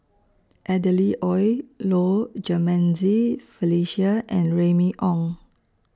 Adeline Ooi Low Jimenez Felicia and Remy Ong